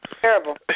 terrible